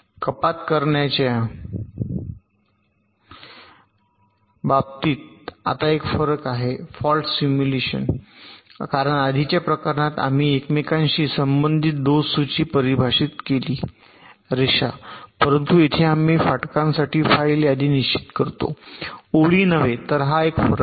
कपात करण्याच्या बाबतीत आता एक फरक आहे फॉल्ट सिम्युलेशन कारण आधीच्या प्रकरणात आम्ही प्रत्येकाशी संबंधित दोष सूची परिभाषित केली रेषा परंतु येथे आम्ही फाटकांसाठी फाईल यादी निश्चित करतो ओळी नव्हे तर हा एक फरक आहे